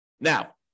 Now